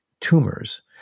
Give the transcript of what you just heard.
tumors